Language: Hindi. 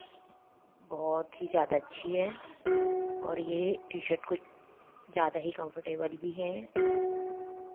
बहुत ही ज़्यादा अच्छी है और ये टी शर्ट कुछ ज़्यादा ही कम्फ़र्टेबल भी है